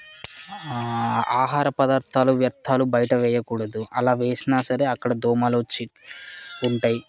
ఆహార పదార్థాలు వ్యర్థాలు బయట వేయకూడదు అలా వేసినా సరే అక్కడ దోమలు వచ్చి ఉంటాయి